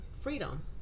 freedom